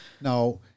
Now